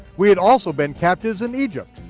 we had also been captives in egypt,